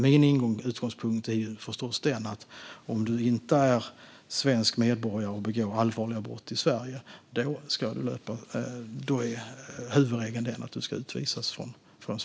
Min ingång och utgångspunkt är dock att huvudregeln ska vara att den som inte är svensk medborgare och som begår allvarliga brott i Sverige ska utvisas.